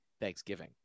Thanksgiving